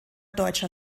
deutscher